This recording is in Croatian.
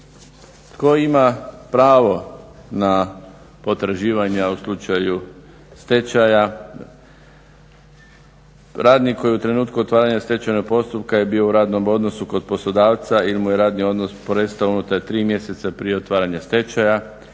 Tko ima pravo na potraživanja u slučaju stečaja? Radnik koji je u trenutku otvaranja stečajnog postupka bio u radnom odnosu kod poslodavca ili mu je radni odnos prestao unutar tri mjeseca prije otvaranja stečaja,